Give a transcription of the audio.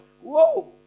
whoa